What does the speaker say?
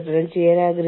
അവർക്കത് ഇഷ്ടമല്ല